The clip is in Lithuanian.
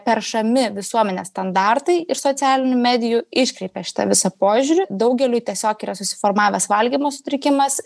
peršami visuomenės standartai ir socialinių medijų iškreipė šitą visą požiūrį daugeliui tiesiog yra susiformavęs valgymo sutrikimas